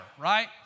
right